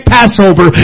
Passover